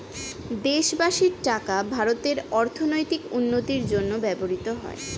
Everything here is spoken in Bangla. দেশবাসীর টাকা ভারতের অর্থনৈতিক উন্নতির জন্য ব্যবহৃত হয়